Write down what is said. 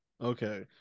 Okay